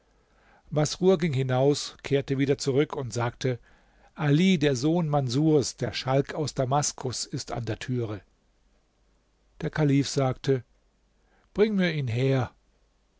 masrur ging hinaus kehrte wieder zurück uns sagte ali der sohn manßurs der schalk aus damaskus ist an der türe der kalif sagte bring mir ihn her